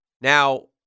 Now